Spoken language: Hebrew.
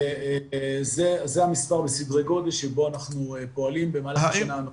וזה המספר בסדרי גודל שבו אנחנו פועלים במהלך השנה.